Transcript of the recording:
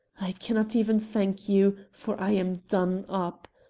i cannot even thank you, for i am done up.